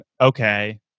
okay